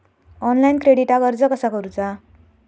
Online क्रेडिटाक अर्ज कसा करुचा?